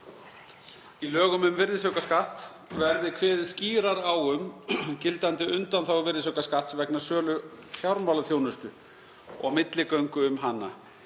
í lögum um virðisaukaskatt verði kveðið skýrar á um gildandi undanþágu virðisaukaskatts vegna sölu fjármálaþjónustu og milligöngu um hana.